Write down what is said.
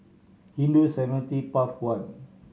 Hindu Cemetery Path One